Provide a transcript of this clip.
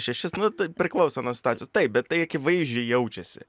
šešis nu tai priklauso nuo situacijos taip bet tai akivaizdžiai jaučiasi